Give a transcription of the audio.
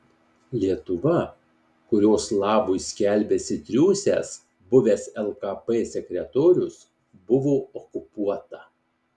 lietuva kurios labui skelbiasi triūsęs buvęs lkp sekretorius buvo okupuota